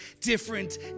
different